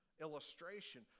illustration